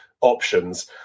options